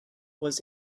was